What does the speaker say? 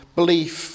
belief